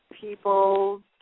people